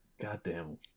goddamn